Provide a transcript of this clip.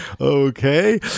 Okay